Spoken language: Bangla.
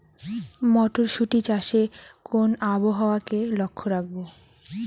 মটরশুটি চাষে কোন আবহাওয়াকে লক্ষ্য রাখবো?